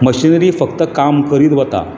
machinery फक्त काम करीत वता